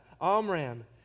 Amram